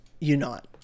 unite